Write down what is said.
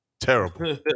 Terrible